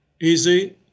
easy